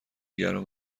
گرم